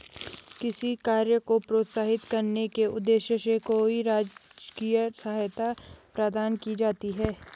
किसी कार्य को प्रोत्साहित करने के उद्देश्य से कोई राजकीय सहायता प्रदान की जाती है